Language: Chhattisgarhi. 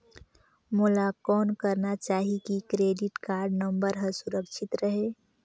मोला कौन करना चाही की क्रेडिट कारड नम्बर हर सुरक्षित रहे?